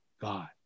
God